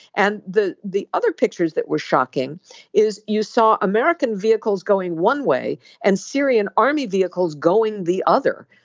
and the the other pictures that were shocking is you saw american vehicles going one way and syrian army vehicles going the other.